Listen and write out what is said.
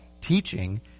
teaching